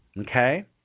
Okay